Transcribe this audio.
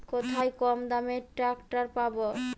কোথায় কমদামে ট্রাকটার পাব?